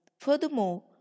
Furthermore